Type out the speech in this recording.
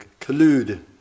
collude